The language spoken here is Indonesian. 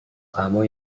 kamu